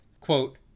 quote